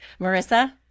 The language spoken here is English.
Marissa